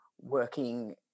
working